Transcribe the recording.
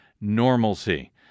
normalcy